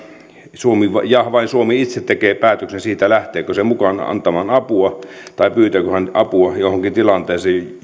suomi ja vain suomi itse tekee päätöksen siitä lähteekö se mukaan antamaan apua tai pyytääkö se apua johonkin tilanteeseen